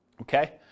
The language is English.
Okay